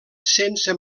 sense